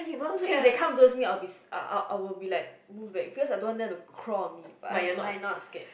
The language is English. so if they were come toward me I I will be like move back cause I don't want them to craw on me but I I am not scared